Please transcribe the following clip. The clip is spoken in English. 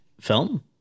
film